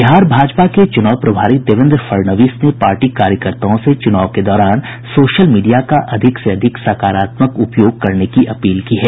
बिहार भाजपा के चूनाव प्रभारी देवेन्द्र फडणवीस ने पार्टी कार्यकर्ताओं से चूनाव के दौरान सोशल मीडिया का अधिक से अधिक सकारात्मक उपयोग करने की अपील की है